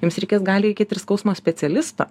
jums reikės gali reikėt ir skausmo specialisto